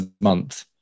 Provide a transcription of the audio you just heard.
month